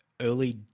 early